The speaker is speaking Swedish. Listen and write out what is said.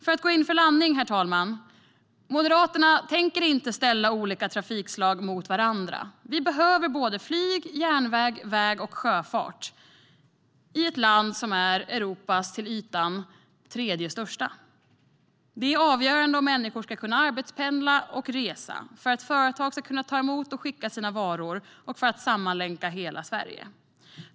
För att gå in för landning: Moderaterna tänker inte ställa olika trafikslag mot varandra. Det behövs flyg, järnväg, väg och sjöfart i ett land som till ytan är Europas tredje största land. Det är avgörande om människor ska kunna arbetspendla och resa, för att företag ska kunna ta emot och skicka sina varor och för att sammanlänka hela Sverige.